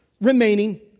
remaining